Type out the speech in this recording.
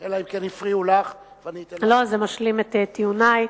זה משלים את טיעוני.